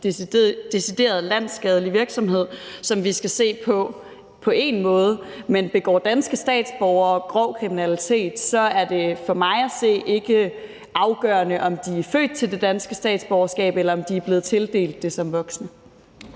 decideret landsskadelig virksomhed, som vi skal se på på én måde, men begår danske statsborgere grov kriminalitet, er det for mig at se ikke afgørende, om de er født med det danske statsborgerskab, eller om de er blevet tildelt det som voksne.